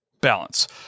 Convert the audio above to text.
balance